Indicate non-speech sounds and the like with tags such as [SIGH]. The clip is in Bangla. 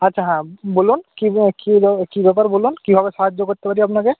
আচ্ছা হ্যাঁ বলুন কী [UNINTELLIGIBLE] কী [UNINTELLIGIBLE] কী ব্যাপার বলুন কীভাবে সাহায্য করতে পারি আপনাকে